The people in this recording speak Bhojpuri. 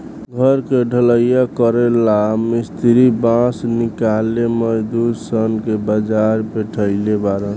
घर के ढलइया करेला ला मिस्त्री बास किनेला मजदूर सन के बाजार पेठइले बारन